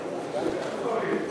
בראשית דברי ברצוני לשלוח מבימת הכנסת